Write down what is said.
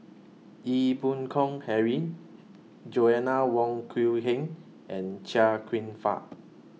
Ee Boon Kong Henry Joanna Wong Quee Heng and Chia Kwek Fah